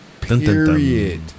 Period